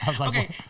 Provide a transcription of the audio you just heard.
Okay